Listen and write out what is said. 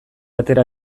atera